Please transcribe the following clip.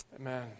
Amen